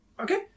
Okay